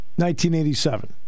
1987